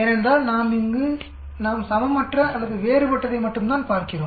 ஏனென்றால் நாம் இங்கு நாம் சமமற்ற அல்லது வேறுபட்டதை மட்டும்தான் பார்க்கிறோம்